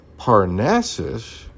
Parnassus